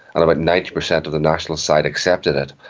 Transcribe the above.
about ninety percent of the nationalist side accepted it.